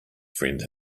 friend